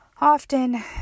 Often